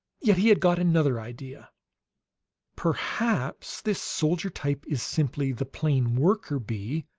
yet he had got another idea perhaps this soldier type is simply the plain worker bee,